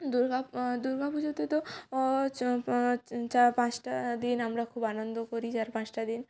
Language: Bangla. দুর্গা দুর্গা পুজোতে তো চপাঁ চার পাঁচটা দিন আমরা খুব আনন্দ করি চার পাঁচটা দিন